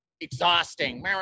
exhausting